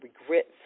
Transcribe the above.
regrets